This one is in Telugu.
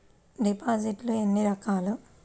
డిపాజిట్లు ఎన్ని రకాలు?